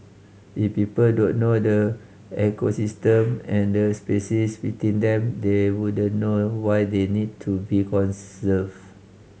if people don't know the ecosystem and the species within them they wouldn't know why they need to be conserved